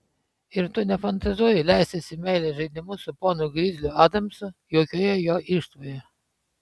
ir tu nefantazuoji leistis į meilės žaidimus su ponu grizliu adamsu jaukioje jo irštvoje